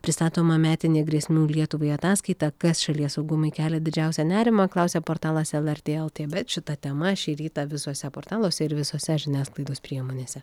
pristatoma metinė grėsmių lietuvai ataskaita kas šalies saugumui kelia didžiausią nerimą klausia portalas lrt lt bet šita tema šį rytą visuose portaluose ir visose žiniasklaidos priemonėse